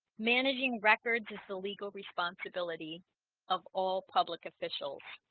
managing records is the legal responsibility of all public officials.